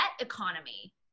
economy